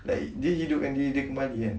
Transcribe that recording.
like dia hidupkan diri dia kembali kan